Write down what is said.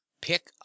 pick